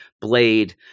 Blade